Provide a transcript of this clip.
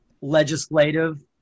legislative